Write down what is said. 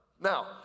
Now